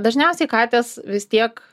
dažniausiai katės vis tiek